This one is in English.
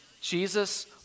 Jesus